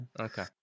Okay